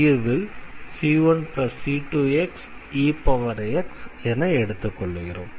எனவே தீர்வில் c1c2xex என எடுத்துக்கொள்ளுகிறோம்